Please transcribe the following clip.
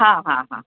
हां हां हां